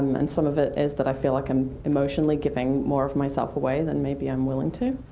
and some of it is that i feel like and emotionally giving more of myself away than maybe i'm willing to.